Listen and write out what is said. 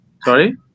sorry